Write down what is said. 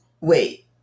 Wait